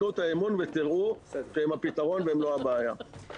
תנו את האמון ותראו שהם הפתרון ולא הבעיה.